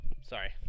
Sorry